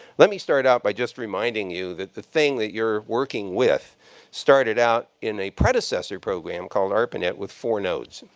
let me start out by just reminding you that the thing that you're working with started out in a predecessor program called arpanet with four nodes,